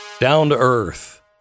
down-to-earth